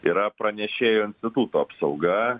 yra pranešėjo instituto apsauga